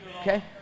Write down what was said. Okay